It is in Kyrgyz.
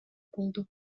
болду